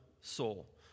soul